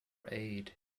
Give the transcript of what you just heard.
aid